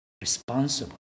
Responsible